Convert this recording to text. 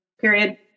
period